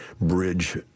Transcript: bridge